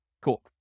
Cool